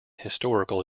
historical